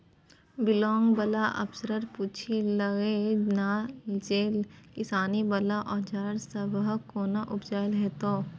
Block बला अफसरसँ पुछि लए ना जे किसानी बला औजार सबहक कोना उपयोग हेतै?